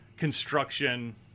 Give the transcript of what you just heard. construction